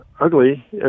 ugly